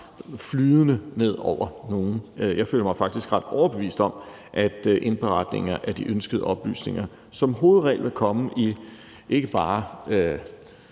flydende ned over nogen. Jeg føler mig faktisk ret overbevist om, at indberetninger af de ønskede oplysninger som hovedregel vil komme i ikke bare